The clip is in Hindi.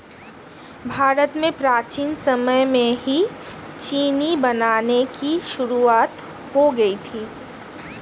भारत में प्राचीन समय में ही चीनी बनाने की शुरुआत हो गयी थी